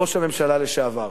ראש הממשלה לשעבר.